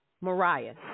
Mariah